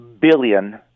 billion